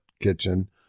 kitchen